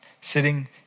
sitting